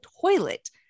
toilet